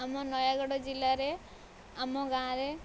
ଆମ ନୟାଗଡ଼ ଜିଲ୍ଲାରେ ଆମ ଗାଁରେ